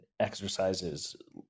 exercises